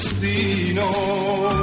destino